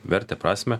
vertę prasmę